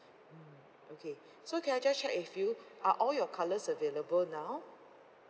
mm okay so can I just check with you are all your colours available now